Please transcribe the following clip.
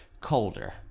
colder